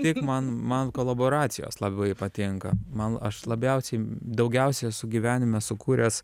tik man man kolaboracijos labai patinka man aš labiausiai daugiausia esu gyvenime sukūręs